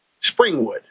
Springwood